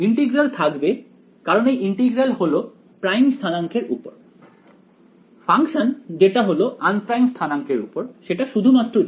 integral থাকবে কারণ এই ইন্টিগ্র্যাল হল প্রাইম স্থানাঙ্কের উপর ফাংশন যেটা হলো আনপ্রাইম স্থানাঙ্কের উপর সেটা শুধুমাত্র g